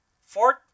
fourth